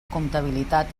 comptabilitat